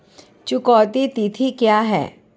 चुकौती तिथि क्या है?